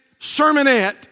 sermonette